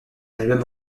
album